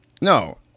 No